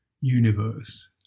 universe